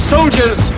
Soldiers